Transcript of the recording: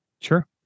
Sure